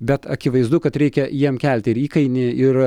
bet akivaizdu kad reikia jiem kelti įkainį ir